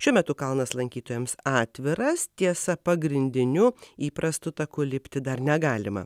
šiuo metu kalnas lankytojams atviras tiesa pagrindiniu įprastu taku lipti dar negalima